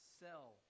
sell